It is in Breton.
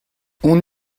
hon